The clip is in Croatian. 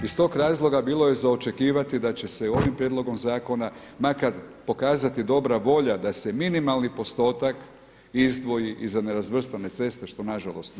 Iz tog razloga bilo je za očekivati da će se ovim prijedlogom zakona makar pokazati dobra volja da se minimalni postotak izdvoji i za nerazvrstane ceste što na žalost nije učinjeno.